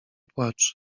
płacz